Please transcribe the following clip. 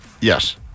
Yes